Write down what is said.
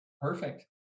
Perfect